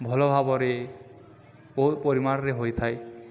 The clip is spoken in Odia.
ଭଲ ଭାବରେ ବହୁ ପରିମାଣରେ ହୋଇଥାଏ